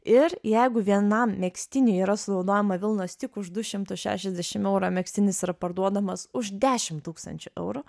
ir jeigu vienam megztiniui yra sunaudojama vilnos tik už du šimtus šešiasdešimt eurų o megztinis yra parduodamas už dešimt tūkstančių eurų